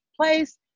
place